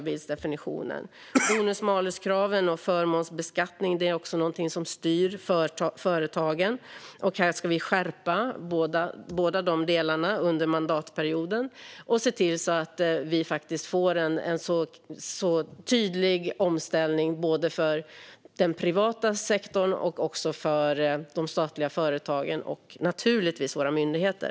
Bonus-malus-krav och förmånsbeskattning styr företagen, och här ska vi genomföra en skärpning av båda delarna under mandatperioden och se till att det blir en tydlig omställning för både den privata sektorn och de statliga företagen samt naturligtvis för våra myndigheter.